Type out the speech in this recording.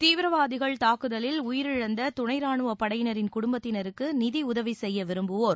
தீவிரவாதிகள் தாக்குதலில் உயிரிழந்த துணை ராணுவப் படையினரின் குடும்பத்தினருக்கு நிதியுதவி செய்ய விரும்புவோர்